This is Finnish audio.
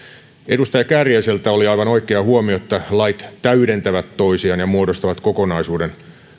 edustaja kääriäiseltä oli aivan oikea huomio että lait täydentävät toisiaan ja muodostavat kokonaisuuden